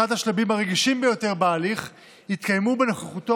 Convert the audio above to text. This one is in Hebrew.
אחד השלבים הרגישים ביותר בהליך יתקיימו בנוכחותו